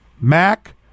Mac